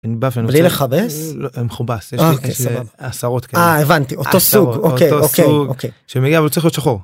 -בלי לכבס? -לא, זה מכובס. -אה, אוקיי. סבבה. -יש לי עשרות כאלה. -אה, הבנתי. אותו סוג. אוקיי, אוקיי. -עשרות אותו סוג. הוא צריך להיות שחור.